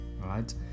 right